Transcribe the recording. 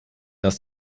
dass